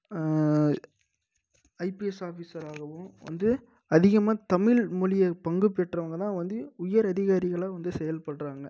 IPS ஆஃபீஸ்ஸராகவும் வந்து அதிகமாக தமிழ்மொழியை பங்கு பெற்றவங்க தான் வந்து உயர் அதிகாரிகளாக வந்து செயல்பட்றாங்க